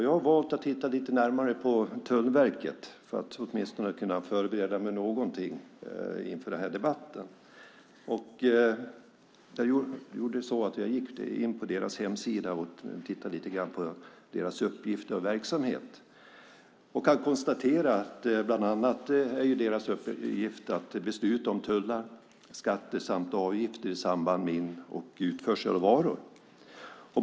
Jag har valt att titta lite närmare på Tullverket för att kunna förbereda mig något inför den här debatten. Jag gick in på deras hemsida och tittade lite grann på deras uppgifter och verksamhet. Bland annat är deras uppgift att besluta om tullar, skatter samt avgifter i samband med in och utförsel av varor.